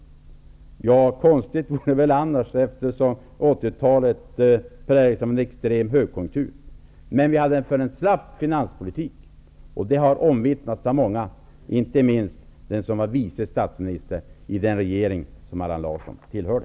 Det vore väl i stället konstigt om det inte hade varit så, eftersom 80-talet präglades av en extrem högkonjunktur. Men ni förde en slapp finanspolitik. Det har omvittnats av många -- inte minst av den som var vice statsminister i den regering som Allan Larsson tillhörde.